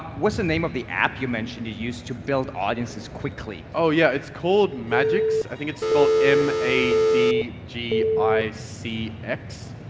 what's the name of the app you mentioned you used to build audiences quickly? yeah it's called madgicx. i think it's spelled m a d g i c x.